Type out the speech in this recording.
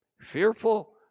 fearful